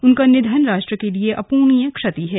उनका निधन राष्ट्र के लिए अपूरणीय क्षति है